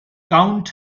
count